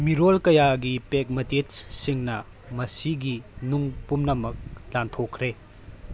ꯃꯤꯔꯣꯜ ꯀꯌꯥꯒꯤ ꯄꯦꯛꯃꯇꯦꯠꯁꯤꯡꯅ ꯃꯁꯤꯒꯤ ꯅꯨꯡ ꯄꯨꯝꯅꯃꯛ ꯂꯥꯟꯊꯣꯛꯈ꯭ꯔꯦ